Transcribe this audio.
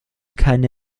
keine